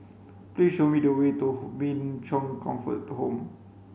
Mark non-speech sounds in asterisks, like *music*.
please show me the way to *unintelligible* Min Chong Comfort Home